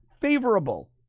favorable